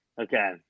Okay